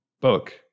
book